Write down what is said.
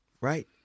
Right